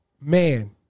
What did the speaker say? man